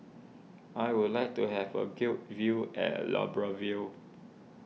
I would like to have a good view at Libreville